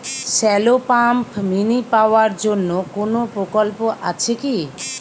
Shallow pump mini power জন্য কোনো প্রকল্প আছে কি?